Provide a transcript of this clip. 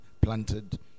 planted